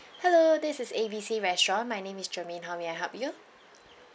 hello this is A B C restaurant my name is germaine how may I help you